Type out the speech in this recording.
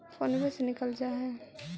फोनवो से निकल जा है?